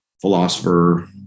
philosopher